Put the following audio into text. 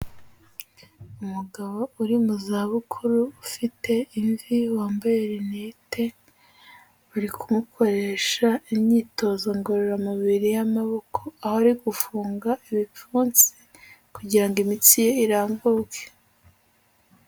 Umugabo uri mu za bukuru, ufite imvi wambaye rinete, bari kumukoresha imyitozo ngororamubiri y'amaboko, aho ari gufunga ibipfunsi, kugira ngo imitsi ye irambuke.